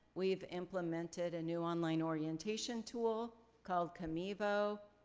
we've implemented a new online orientation tool called comevo.